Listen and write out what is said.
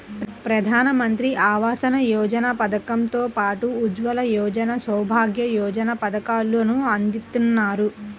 ప్రధానమంత్రి ఆవాస యోజన పథకం తో పాటు ఉజ్వల యోజన, సౌభాగ్య యోజన పథకాలను అందిత్తన్నారు